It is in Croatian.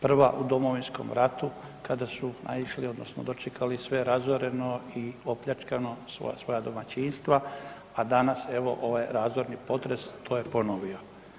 Prva u Domovinskom ratu, kada su naišli odnosno dočekali sve razoreno i opljačkano svoja domaćinstva a danas evo, ovaj razorni potres to je ponovio.